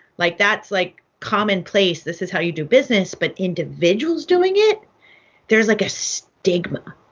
like, that's, like, commonplace. this is how you do business. but individuals doing it there's, like, a stigma.